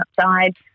outside